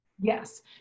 Yes